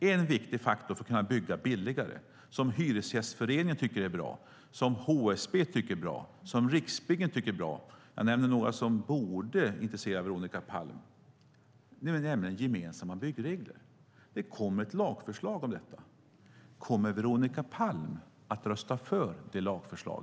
En viktig faktor för att kunna bygga billigare som Hyresgästföreningen, HSB och Riksbyggen tycker är bra - jag nämner några som borde intressera Veronica Palm - är gemensamma byggregler. Det kommer ett lagförslag om detta. Kommer Veronica Palm att rösta för detta lagförslag?